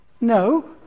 No